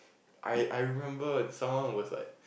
I I remember someone was like